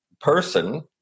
person